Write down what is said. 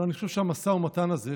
אבל אני חושב שהמשא ומתן הזה,